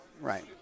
Right